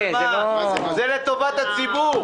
זה לטובת הציבור.